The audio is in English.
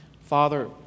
Father